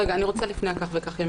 לפני כן.